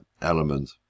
element